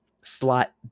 slot